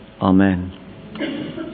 Amen